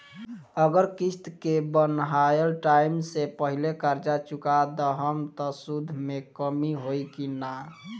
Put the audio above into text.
अगर किश्त के बनहाएल टाइम से पहिले कर्जा चुका दहम त सूद मे कमी होई की ना?